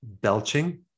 belching